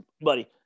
buddy